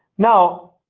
now